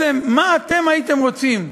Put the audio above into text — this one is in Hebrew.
מה אתם הייתם רוצים?